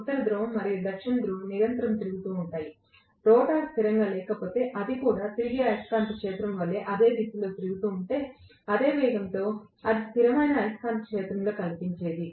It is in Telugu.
ఉత్తర ధ్రువం మరియు దక్షిణ ధ్రువం నిరంతరం తిరుగుతున్నాయి రోటర్ స్థిరంగా ఉండకపోతే అది కూడా తిరిగే అయస్కాంత క్షేత్రం వలె అదే దిశలో తిరుగుతూ ఉంటే అదే వేగంతో అది స్థిరమైన అయస్కాంత క్షేత్రంలో కనిపించేది